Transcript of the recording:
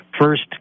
First